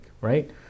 right